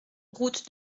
route